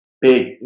Big